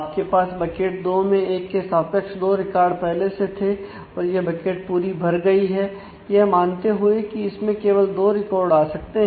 आपके पास बकेट दो में एक के सापेक्ष दो रिकॉर्ड पहले से थे और यह बकेट पूरी भर गई है यह मानते हुए कि इसमें केवल दो रिकॉर्ड आ सकते हैं